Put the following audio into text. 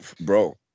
bro